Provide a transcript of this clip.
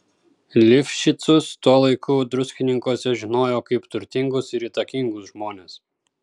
lifšicus tuo laiku druskininkuose žinojo kaip turtingus ir įtakingus žmones